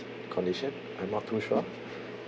condition I'm not too sure